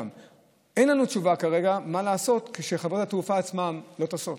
אין לנו תשובה כרגע מה לעשות כשחברות התעופה עצמן לא טסות.